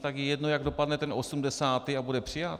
Tak je jedno, jak dopadne osmdesátý, a bude přijat.